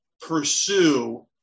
pursue